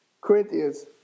Corinthians